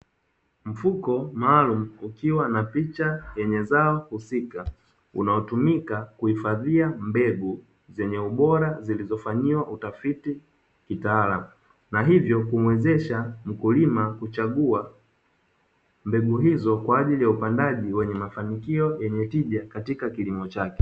Mfuko maalumu ukiwa na picha yenye zao husika, unaotumika kuhifadhia mbegu zenye ubora zilizofanyiwa utafiti kitaalamu, na hivyo kumwezesha mkulima kuchagua mbegu hizo, kwa ajili ya upandaji wenye mafanikio yenye tija katika kilimo chake.